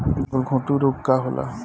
गलघोंटु रोग का होला?